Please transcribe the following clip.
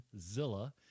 Zilla